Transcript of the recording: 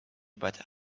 better